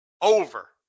Over